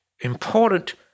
important